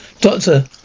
Doctor